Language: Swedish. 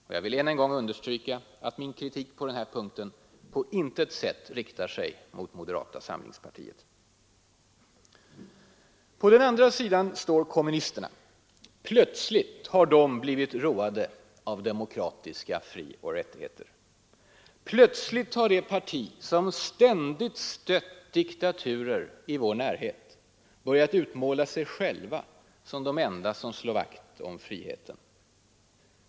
Och jag vill än en gång understryka att min kritik på den här punkten på intet sätt riktar sig mot moderata samlingspartiet. På den andra sidan står kommunisterna, Plötsligt har de blivit roade av demokratiska frioch rättigheter. Plötsligt har det parti, som ständigt stött diktaturer i vår närhet, börjat utmåla sig självt som det enda som slår vakt om friheten.